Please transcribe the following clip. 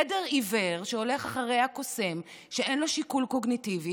עדר עיוור שהולך אחרי הקוסם שאין לו שיקול קוגניטיבי